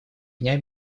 дня